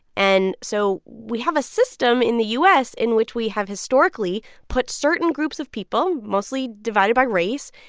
and so we have a system in the u s. in which we have historically put certain groups of people, mostly divided by race,